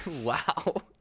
Wow